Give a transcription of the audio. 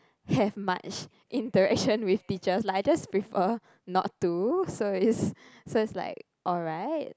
have much interaction with teacher like I just prefer not to so is so is like alright